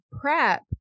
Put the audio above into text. PrEP